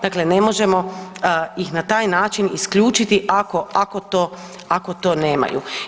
Dakle, ne možemo ih na taj način isključiti ako to nemaju.